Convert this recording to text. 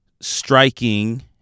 striking